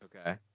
Okay